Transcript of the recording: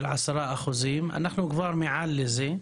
של 10%. אנחנו כבר מעל לזה,